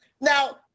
Now